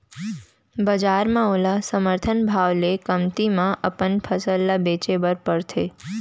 बजार म ओला समरथन भाव ले कमती म अपन फसल ल बेचे बर परथे